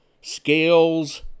scales